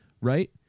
Right